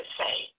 say